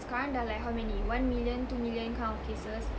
sekarang dah like how many one million two million kind of cases